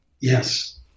yes